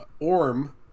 Orm